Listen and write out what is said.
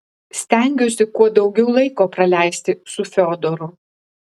stengiuosi kuo daugiau laiko praleisti su fiodoru